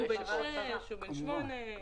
כן.